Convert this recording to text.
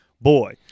boy